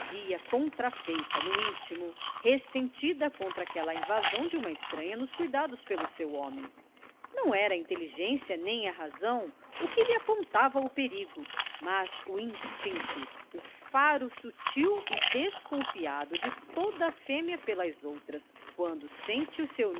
sorria contrafeita no intimo ressentida contra aquela invasão de uma estranha nos cuidados pelo seu homem não era a inteligência nem a razão o que lhe apontava o perigo mas o instinto o faro sutil e desconfiado de toda a fêmea pelas outras quando sente o seu